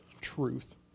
truth